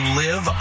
live